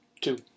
Two